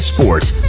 Sports